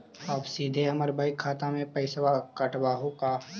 आप सीधे हमर बैंक खाता से पैसवा काटवहु का?